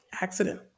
accident